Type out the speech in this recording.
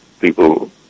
people